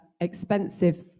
expensive